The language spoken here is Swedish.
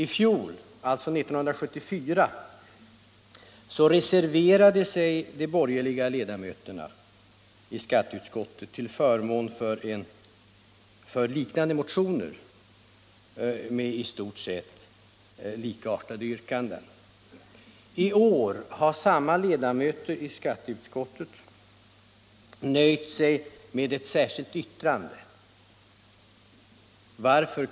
I fjol —- alltså 1974 — reserverade sig de borgerliga ledamöterna i skatteutskottet till förmån för liknande motioner med i stort sett likartade yrkanden. I år har samma ledamöter nöjt sig med ett särskilt yttrande. Varför?